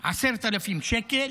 10,000 שקל,